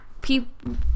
people